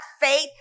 faith